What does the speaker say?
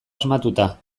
asmatuta